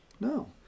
No